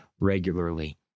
regularly